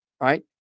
Right